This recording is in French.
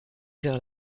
vers